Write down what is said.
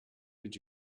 did